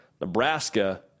Nebraska